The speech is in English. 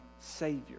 Savior